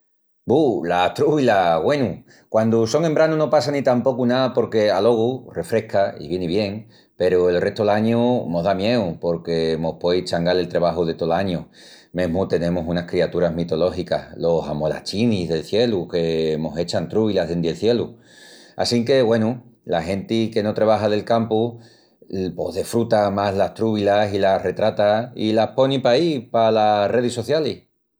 Bu, las trúbilas! Güenu, quandu son en branu no passa ni tapocu ná porque alogu refresca i vieni bien, peru el restu'l añu mos da mieu porque mos puei changal el trebaju de tol añu. Mesmu tenemus unas criaturas mitológicas, los amolachinis del cielu, que mos echan trúbilas dendi'l cielu. Assinque, güenu, la genti que no trebaja del campu, pos desfruta más las trúbilas i las retrata i las poni paí palas redis socialis.